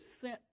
sent